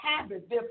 habit